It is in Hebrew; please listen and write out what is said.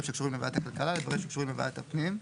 שקשורים לוועדת הכלכלה לדברים שקשורים לוועדת הפנים.